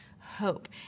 hope